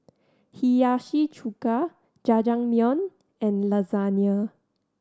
Hiyashi Chuka Jajangmyeon and Lasagne